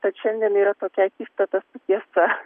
tad šiandien yra tokia akistata su tiesa